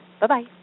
Bye-bye